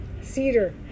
Cedar